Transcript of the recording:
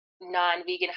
non-vegan